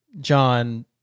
John